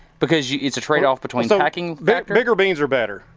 because yeah it's a trade off between so packing factor? bigger beans are better,